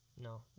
No